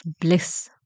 bliss